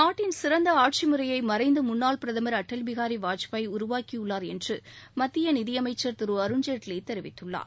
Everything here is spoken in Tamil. நாட்டின் சிறந்த ஆட்சி முறையை மறைந்த முன்னாள் பிரதமர் அடல் பிகாரி வாஜ்பாய் உருவாக்கியுள்ளார் என்று மத்திய நிதியமைச்சர் திரு அருண்ஜெட்லி தெரிவித்துள்ளார்